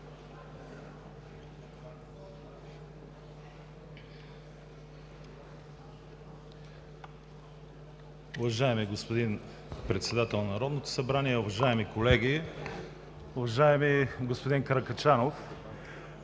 Уважаеми господин Председател на Народното събрание, уважаеми колеги! Уважаеми господин Каракачанов,